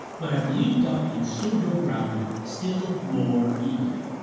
but have leaped up and stood your ground still more eagerly.